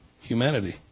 humanity